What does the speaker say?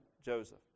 Joseph